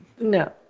No